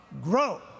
grow